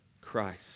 Christ